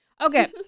Okay